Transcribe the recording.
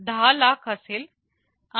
10 लाख असेल